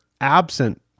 absent